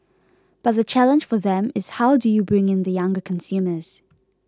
but the challenge for them is how do you bring in the younger consumers